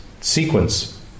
sequence